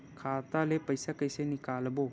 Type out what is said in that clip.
खाता ले पईसा कइसे निकालबो?